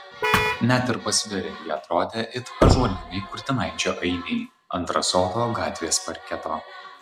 net ir pasvirę jie atrodė it ąžuoliniai kurtinaičio ainiai ant rasoto gatvės parketo